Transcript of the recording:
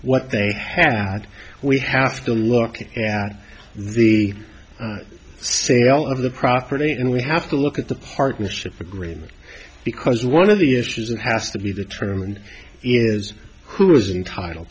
what they have that we have to look at the sale of the property and we have to look at the partnership agreement because one of the issues that has to be the truman is who is entitle